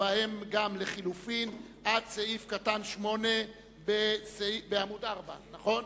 שבהן גם לחלופין, עד מס' 8 בעמוד 4, נכון?